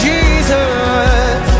Jesus